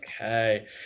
okay